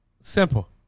Simple